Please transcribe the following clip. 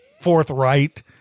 forthright